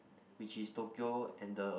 which is Tokyo and the